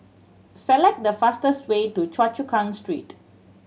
select the fastest way to Choa Chu Kang Street